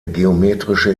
geometrische